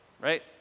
right